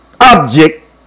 object